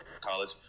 college